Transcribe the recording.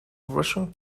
russian